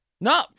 No